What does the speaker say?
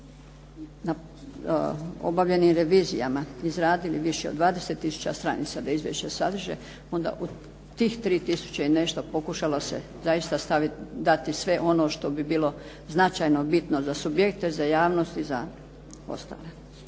obavljeni revizijama izradili više od 20 tisuća stranica da izvješća sadrže, onda u tih 3 tisuće i nešto pokušalo se zaista dati sve ono što bi bilo značajno bitno za subjekte, za javnost i za ostale.